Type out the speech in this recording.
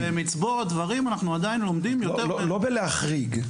כן במצבור הדברים אנחנו עדיין לומדים יותר --- לא בלהחריג.